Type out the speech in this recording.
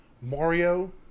Mario